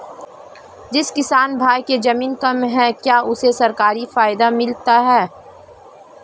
जिस किसान भाई के ज़मीन कम है क्या उसे सरकारी फायदा मिलता है?